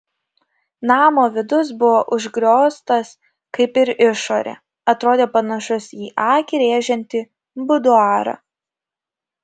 namo vidus buvo užgrioztas kaip ir išorė atrodė panašus į akį rėžiantį buduarą